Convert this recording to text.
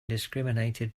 discriminated